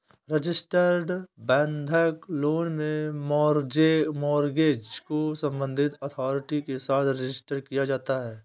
registered बंधक loan में mortgage को संबंधित अथॉरिटी के साथ रजिस्टर किया जाता है